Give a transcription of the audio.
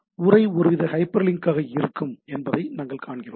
உரை ஒருவித ஹைப்பர்லிங்காக இருக்கும் என்பதை நாங்கள் காண்கிறோம்